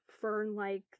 fern-like